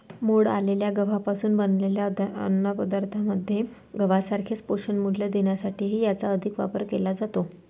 मोड आलेल्या गव्हापासून बनवलेल्या अन्नपदार्थांमध्ये गव्हासारखेच पोषणमूल्य देण्यासाठीही याचा अधिक वापर केला जातो